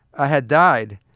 ah had died.